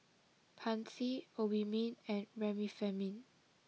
Pansy Obimin and Remifemin